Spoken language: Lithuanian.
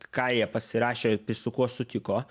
ką jie pasirašė su kuo sutiko